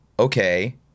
Okay